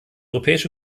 europäische